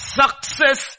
success